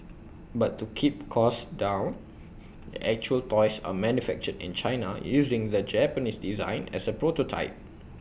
but to keep costs down the actual toys are manufactured in China using the Japanese design as A prototype